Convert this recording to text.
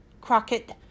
Crockett